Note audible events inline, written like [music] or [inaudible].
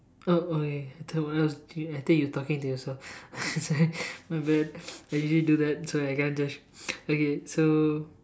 oh okay I thought what else I thought you talking to yourself [laughs] my bad I usually do that so I guess just okay so